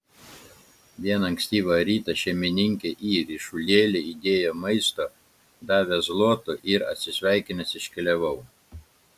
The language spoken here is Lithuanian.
vieną ankstyvą rytą šeimininkė į ryšulėlį įdėjo maisto davė zlotų ir atsisveikinęs iškeliavau